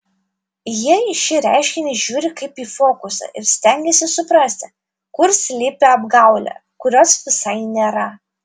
jie į šį reiškinį žiūri kaip į fokusą ir stengiasi suprasti kur slypi apgaulė kurios visai nėra